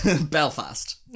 Belfast